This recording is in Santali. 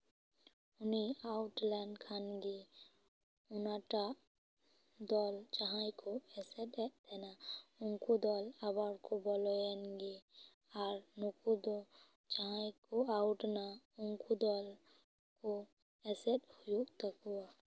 ᱩᱱᱤᱭ ᱟᱣᱩᱴ ᱞᱮᱱᱠᱷᱟᱱ ᱜᱮ ᱚᱱᱟᱴᱟᱜ ᱫᱚᱞ ᱡᱟᱦᱟᱸᱭ ᱠᱚ ᱮᱥᱮᱫᱮᱫ ᱛᱟᱦᱮᱱᱟ ᱩᱱᱠᱩ ᱫᱚᱞ ᱟᱵᱟᱨ ᱠᱚ ᱵᱚᱞᱚᱭᱮᱱ ᱜᱮ ᱟᱨ ᱱᱩᱠᱩ ᱫᱚ ᱡᱟᱦᱟᱸᱭ ᱠᱚ ᱟᱣᱩᱴᱱᱟ ᱩᱱᱠᱩ ᱫᱚᱞ ᱠᱚ ᱮᱥᱮᱫ ᱦᱩᱭᱩᱜ ᱛᱟᱠᱚᱣᱟ